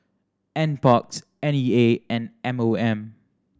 Nparks N E A and M O M